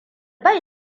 bai